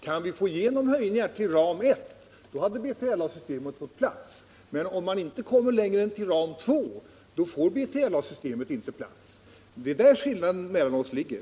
Om vi kunde få igenom höjningar till ram 1, skulle B3LA-systemet få plats. Men om man inte kommer längre än till ram 2, får B3LA-systemet inte plats. Det är där skillnaden mellan oss ligger.